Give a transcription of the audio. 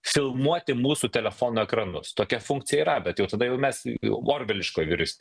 filmuoti mūsų telefonų ekranus tokia funkcija yra bet jau tada jau mes jau orveliškoj vyriaus